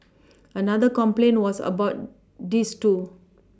another complaint was about this too